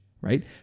right